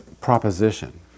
proposition